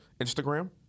Instagram